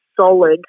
solid